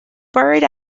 buried